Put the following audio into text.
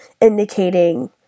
indicating